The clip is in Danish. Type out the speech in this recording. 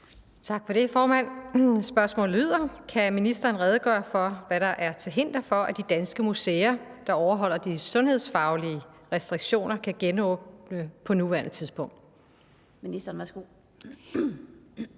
Tak for det, formand. Spørgsmålet lyder: Kan ministeren redegøre for, hvad der er til hinder for, at de danske museer, der overholder de sundhedsfaglige restriktioner, kan genåbne på nuværende tidspunkt? Kl. 17:27 Den fg.